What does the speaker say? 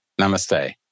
Namaste